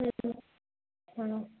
हँ हँ